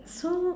so